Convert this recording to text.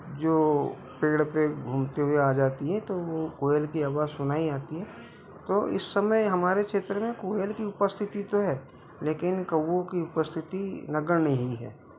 जो पेड़ पर घूमते हुए आ जाती हैं तो वो कोयल कि आवाज़ सुनाई आती है तो इस समय हमारे क्षेत्र में कोयल की उपस्थिति तो है लेकिन कव्वों की उपस्थिति नज़र नहीं है